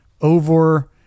over